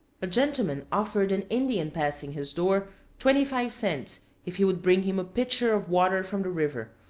a gentleman offered an indian passing his door twenty-five cents if he would bring him a pitcher of water from the river,